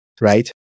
right